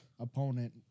opponent